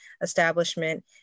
establishment